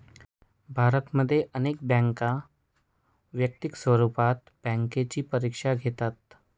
भारतामध्ये अनेक बँका वैयक्तिक स्वरूपात बँकेची परीक्षा घेतात